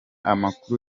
amakuru